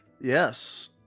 Yes